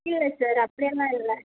இல்லை சார் அப்படியெல்லாம் இல்லை